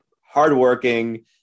hardworking